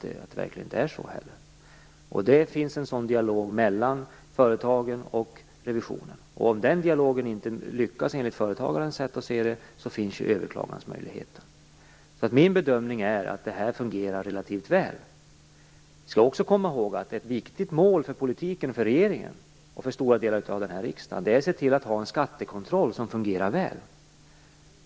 Det finns en sådan dialog mellan företagen och revisionen. Om denna dialog inte lyckas, enligt företagens sätt att se det, finns ju överklagansmöjligheten. Min bedömning är att detta fungerar relativt väl. Man skall också komma ihåg att ett viktigt mål för politiken, för regeringen och för stora delar av denna riksdag är att se till att ha en skattekontroll som fungerar väl.